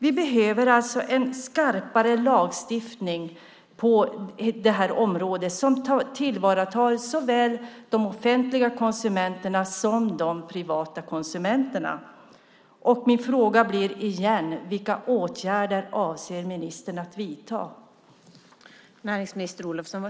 Vi behöver alltså en skarpare lagstiftning på det här området som tillgodoser såväl de offentliga som de privata konsumenterna. Min fråga blir igen: Vilka åtgärder avser ministern att vidta?